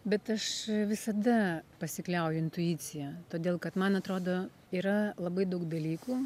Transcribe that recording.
bet aš visada pasikliauju intuicija todėl kad man atrodo yra labai daug dalykų